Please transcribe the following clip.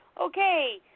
okay